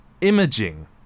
Imaging